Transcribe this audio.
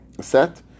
set